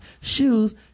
Shoes